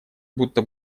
будто